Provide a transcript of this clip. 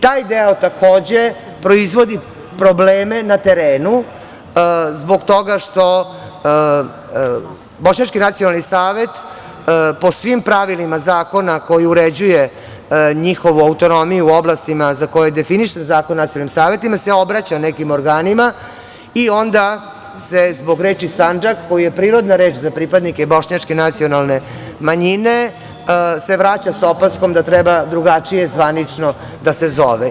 Taj deo, takođe, proizvodi probleme na terenu zbog toga što Bošnjački nacionalni savet po svim pravilima zakona koji uređuje njihovu autonomiju u oblastima za koje je definisan Zakon o nacionalnim savetima se obraća nekim organima i onda se zbog reči „Sandžak“, koja je prirodna reč za pripadnike Bošnjačke nacionalne manjine, se vraća sa opaskom da treba drugačije zvanično da se zove.